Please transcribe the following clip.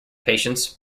patients